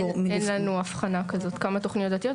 אין לנו אבחנה כזאת כמה תוכניות דתיות.